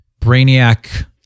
brainiac